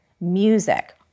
music